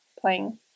playing